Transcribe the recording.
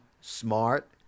smart